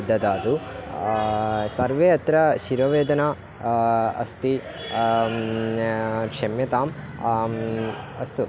ददातु सर्वे अत्र शिरोवेदना अस्ति क्षम्यताम् अस्तु